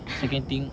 ah